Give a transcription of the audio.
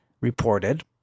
reported